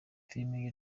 filimi